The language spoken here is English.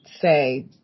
say